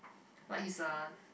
like he's a